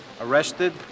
Arrested